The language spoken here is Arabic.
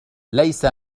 ليس